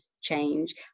change